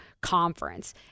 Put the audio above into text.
Conference